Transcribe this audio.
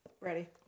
Ready